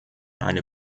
eine